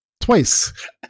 Twice